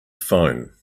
phone